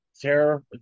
terror